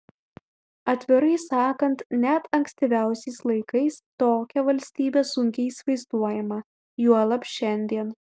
atvirai sakant net ankstyviausiais laikais tokia valstybė sunkiai įsivaizduojama juolab šiandien